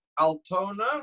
Altona